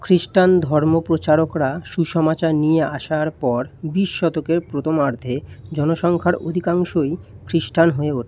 খ্রিষ্টান ধর্ম প্রচারকরা সুসমাচার নিয়ে আসার পর বিশ শতকের প্রথমার্ধে জনসংখ্যার অধিকাংশই খ্রিষ্টান হয়ে ওঠে